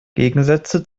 gegensätze